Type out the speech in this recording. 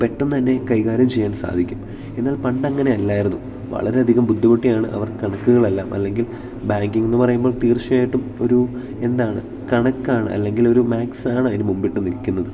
പെട്ടന്ന് തന്നെ കൈകാര്യം ചെയ്യാൻ സാധിക്കും എന്നാൽ പണ്ട് അങ്ങനെ അല്ലായിരുന്നു വളരെ അധികം ബുദ്ധിമുട്ടിയാണ് അവർ കണക്കുകൾ എല്ലാം അല്ലെങ്കിൽ ബാങ്കിങ്ന്ന് പറയുമ്പോൾ തീർച്ചയായിട്ടും ഒരു എന്താണ് കണക്കാണ് അല്ലെങ്കിൽ ഒരു മാക്സാണ് അതിന് മുമ്പിട്ട് നിൽക്കുന്നത്